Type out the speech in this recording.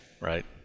Right